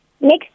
Next